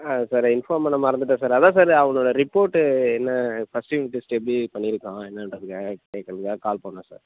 ஆ sir inform பண்ண மறந்துவிட்டேன் sir அதான் சார் அவனோட ரிப்போட்டு என்ன ஃபர்ஸ்ட்டு யூனிட் டெஸ்ட் எப்படி பண்ணிருக்கான் என்னன்றதுக்காக கேட்கனுந்தான் கால் பண்ணோம் சார்